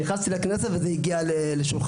נכנסתי לכנסת וזה הגיע לשולחני.